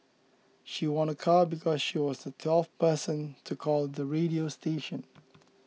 she won a car because she was the twelfth person to call the radio station